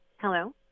Hello